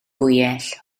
fwyell